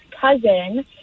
cousin